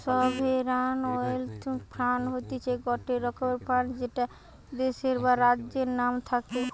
sovereign wealth fund হতিছে গটে রকমের ফান্ড যেটা দেশের বা রাজ্যের নাম থাকে